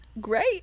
great